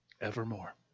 Evermore